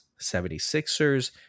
76ers